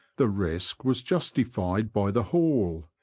the risk was justi fied by the haul,